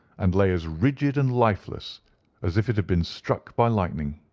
and lay as rigid and lifeless as if it had been struck by lightning.